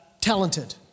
talented